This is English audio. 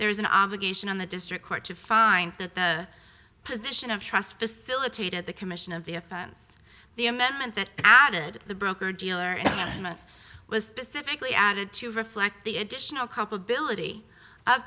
there is an obligation on the district court to find that the position of trust facilitated the commission of the offense the amendment that added the broker dealer was specifically added to reflect the additional culpability